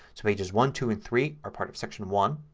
so pages one, two, and three are part of section one.